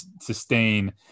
sustain